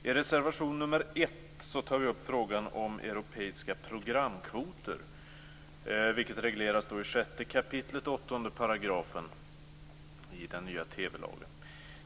I reservation 1 tar vi upp frågan om europeiska programkvoter, vilket regleras i 6 kap. 8 § i den nya TV-lagen.